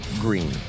Green